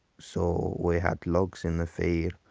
so we had logs in the fire,